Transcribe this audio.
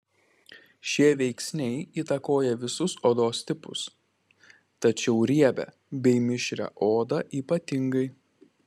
šie veiksniai įtakoja visus odos tipus tačiau riebią bei mišrią odą ypatingai